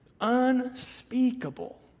unspeakable